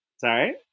Sorry